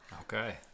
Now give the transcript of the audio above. Okay